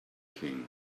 king